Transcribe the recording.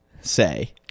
say